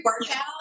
workout